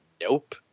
nope